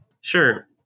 Sure